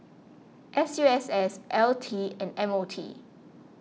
S U S S L T and M O T